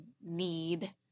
need